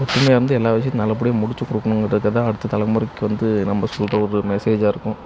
ஒற்றுமையா இருந்து எல்லா விஷயத்தையும் நல்லபடியாக முடித்துக் கொடுக்கணுன்றத தான் அடுத்தத் தலைமுறைக்கு வந்து நம்ம சொல்கிற ஒரு மெசேஜாக இருக்கும்